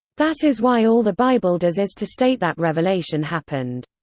that is why all the bible does is to state that revelation happened.